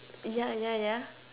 ya ya ya